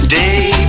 day